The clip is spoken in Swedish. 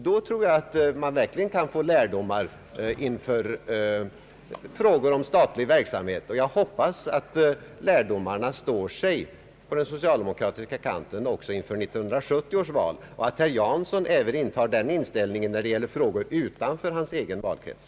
Då tror jag att man verkligen kan få lärdomar inför frågor om statlig verksamhet. Jag hoppas att de lärdomarna står sig på den socialdemokratiska kanten även inför 1970 års val och att herr Jansson även intar den ställningen när det gäller frågor utanför hans egen valkrets.